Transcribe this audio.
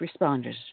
responders